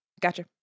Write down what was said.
Gotcha